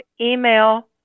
email